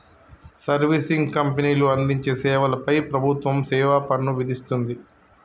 servicing కంపెనీలు అందించే సేవల పై ప్రభుత్వం సేవాపన్ను విధిస్తుంది